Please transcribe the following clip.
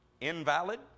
Invalid